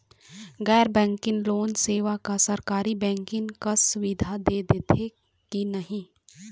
गैर banking loan सेवा हा सरकारी बैंकिंग कस सुविधा दे देथे कि नई नहीं?